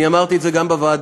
אני אמרתי את זה גם בוועדה: